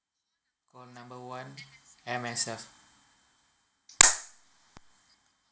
call number one M_S_F